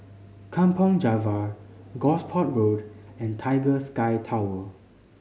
Kampong Java Gosport Road and Tiger Sky Tower